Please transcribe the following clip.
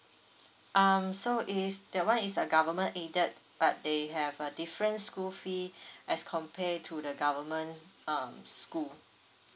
um so is that one is a government aided but they have a different school fee as compare to the government um school